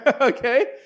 okay